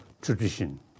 tradition